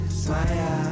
smile